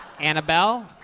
Annabelle